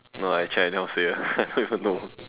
no actually I anyhow say ya no